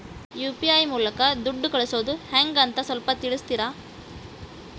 UPI ಮೂಲಕ ದುಡ್ಡು ಕಳಿಸೋದ ಹೆಂಗ್ ಅಂತ ಸ್ವಲ್ಪ ತಿಳಿಸ್ತೇರ?